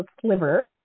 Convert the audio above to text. sliver